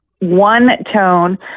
one-tone